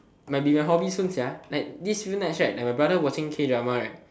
might be my hobby soon sia like these few nights right when my brother watching K drama right